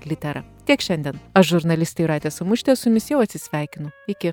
litera tiek šiandien aš žurnalistė jūratė samušytė su jumis jau atsisveikinu iki